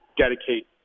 dedicate